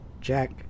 jack